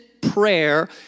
prayer